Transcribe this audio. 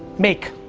make.